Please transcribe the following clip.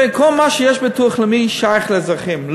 כל מה שיש בביטוח לאומי שייך לאזרחים,